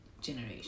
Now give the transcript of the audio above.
Generation